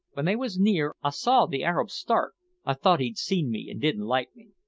w'en they was near i saw the arab start i thought he'd seen me, and didn't like me.